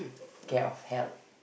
care of help